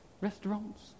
restaurants